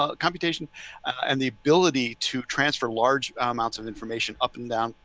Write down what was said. ah computation and the ability to transfer large amounts of information up and down,